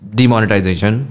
demonetization